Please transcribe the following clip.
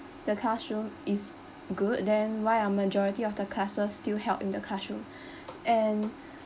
the classroom is good then why are majority of the classes still held in the classroom and